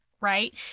right